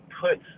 put